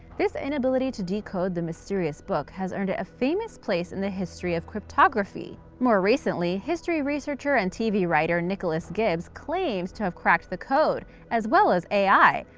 this inability to decode the mysterious book has earned it a famous place in the history of cryptography. more recently, history researcher and tv writer nicholas gibbs claimed to have cracked the code, as well as ai,